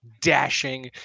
dashing